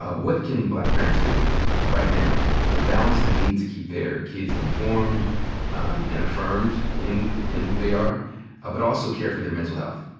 ah can black parents do right now to balance the need to keep their kids informed and affirmed in in who they are ah but also care for their mental health?